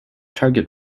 target